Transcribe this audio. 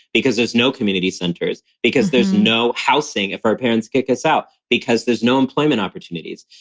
because there's no community centers, because there's no housing if our parents kick us out, because there's no employment opportunities.